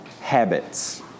habits